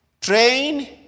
Train